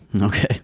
Okay